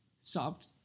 soft